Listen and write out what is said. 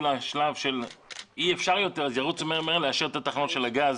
לשלב שאי אפשר יותר ירוצו מהר לאשר את תחנות הגז